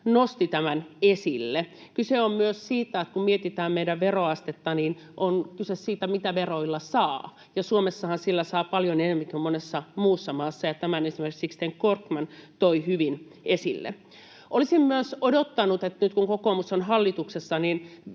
nostivat tämän esille. Kyse on myös siitä, että kun mietitään meidän veroastetta, niin on kyse siitä, mitä veroilla saa. Suomessahan sillä saa paljon enemmän kuin monessa muussa maassa, ja tämän esimerkiksi Sixten Korkman toi hyvin esille. Olisin myös odottanut, että nyt, kun kokoomus on hallituksessa,